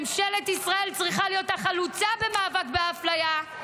ממשלת ישראל צריכה להיות החלוצה במאבק באפליה,